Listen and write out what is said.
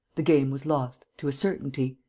the game was lost, to a certainty.